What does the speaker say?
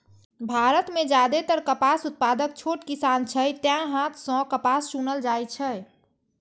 भारत मे जादेतर कपास उत्पादक छोट किसान छै, तें हाथे सं कपास चुनल जाइ छै